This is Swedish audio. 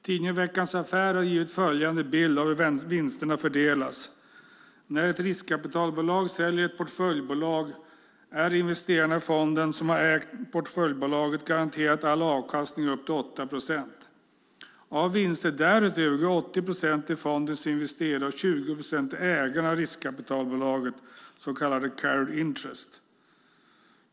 Tidningen Veckans Affärer ger följande bild över hur vinsterna fördelas: "När ett riskkapitalbolag säljer ett portföljbolag är investerarna i fonden som har ägt portföljbolaget garanterade all avkastning upp till 8 procent. Av vinster därutöver går 80 procent till fondens investerare och 20 procent till ägarna av riskkapitalbolaget, så kallad carried interest."